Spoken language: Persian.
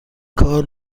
کار